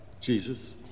Jesus